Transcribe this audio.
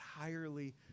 entirely